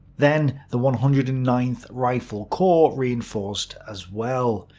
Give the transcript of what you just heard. then the one hundred and ninth rifle corps reinforced as well.